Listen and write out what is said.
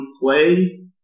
play